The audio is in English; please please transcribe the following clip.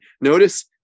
Notice